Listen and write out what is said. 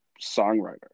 songwriter